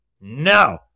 no